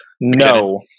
No